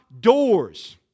doors